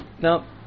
Now